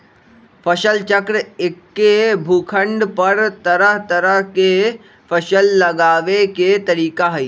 फसल चक्र एक्के भूखंड पर तरह तरह के फसल लगावे के तरीका हए